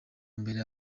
mbere